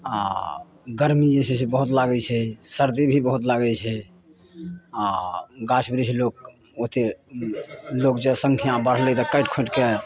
आ गरमी जे छै से बहुत लागै छै सरदी भी बहुत लागै छै आ गाछ बृछ लोक ओतेक जनसङ्ख्या बढ़लै तऽ काटि खोंटिके